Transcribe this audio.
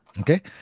Okay